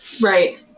right